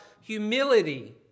humility